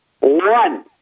one